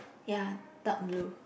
ya dark blue